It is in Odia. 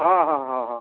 ହଁ ହଁ ହଁ